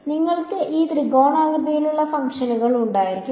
അതിനാൽ നിങ്ങൾക്ക് ഈ ത്രികോണാകൃതിയിലുള്ള ഫംഗ്ഷനുകൾ ഉണ്ടായിരിക്കാം